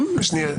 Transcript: שנייה.